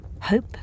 Hope